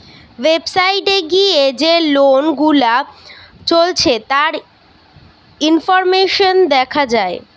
website এ গিয়ে যে লোন গুলা চলছে তার ইনফরমেশন দেখা যায়